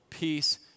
peace